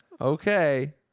Okay